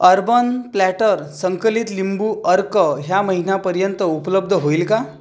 urban platter संकलित लिंबू अर्क ह्या महिन्यापर्यंत उपलब्ध होईल का